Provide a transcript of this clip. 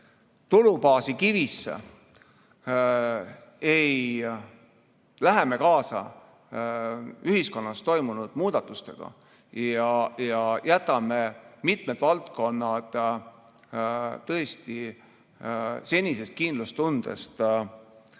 tulubaasi kivisse, ei lähe me kaasa ühiskonnas toimunud muudatustega ja jätame mitmed valdkonnad senisest kindlustundest ilma.